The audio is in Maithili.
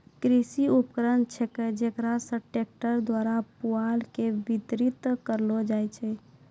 कृषि उपकरण छेकै जेकरा से ट्रक्टर द्वारा पुआल के बितरित करलो जाय छै